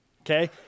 Okay